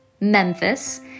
Memphis